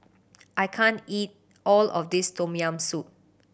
I can't eat all of this Tom Yam Soup